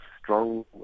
strong